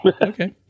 Okay